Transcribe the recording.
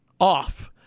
off